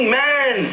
man